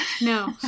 No